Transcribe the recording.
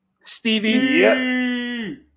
Stevie